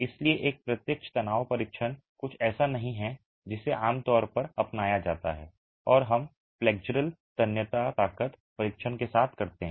इसलिए एक प्रत्यक्ष तनाव परीक्षण कुछ ऐसा नहीं है जिसे आमतौर पर अपनाया जाता है और हम फ्लेक्सुरल तन्यता ताकत परीक्षण के साथ करते हैं